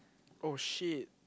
oh shit